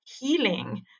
healing